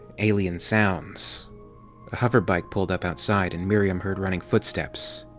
alien sounds. a hover bike pulled up outside, and miriam heard running footsteps.